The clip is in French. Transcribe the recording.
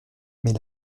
mais